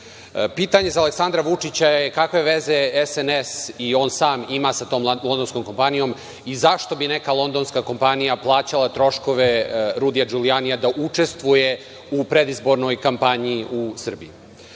Pitanje za Aleksandra Vučića je – kakve veze SNS i on sam ima sa tom londonskom kompanijom i zašto bi neka londonska kompanija plaćala troškove Rudija DŽulijanija da učestvuje u predizbornoj kampanji u Srbiji? Drugo